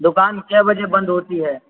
دکان کئے بجے بند ہوتی ہے